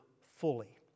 fully